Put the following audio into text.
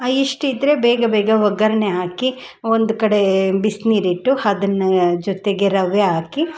ಇಷ್ಟಿದ್ದರೆ ಬೇಗ ಬೇಗ ಒಗ್ಗರಣೆ ಹಾಕಿ ಒಂದು ಕಡೆ ಬಿಸ್ನೀರು ಇಟ್ಟು ಅದನ್ನ ಜೊತೆಗೆ ರವೆ ಹಾಕಿ